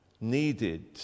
needed